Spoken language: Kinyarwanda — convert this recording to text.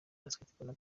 basketball